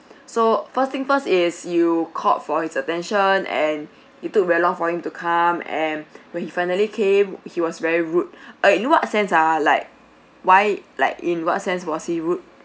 so first thing first is you called for his attention and it took very long for him to come and when he finally came he was very rude uh in what sense ah like why like in what sense was he rude